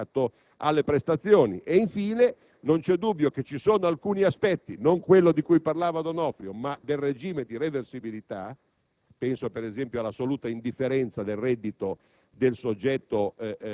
Non capisco perché non si dovrebbe adeguare questo livello del riscatto alle prestazioni. Infine, non vi è dubbio che ci sono alcuni aspetti, oltre a quello di cui parlava il collega D'Onofrio, riguardo al regime di reversibilità